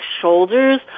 shoulders